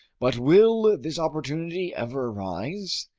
but will this opportunity ever arise?